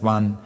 One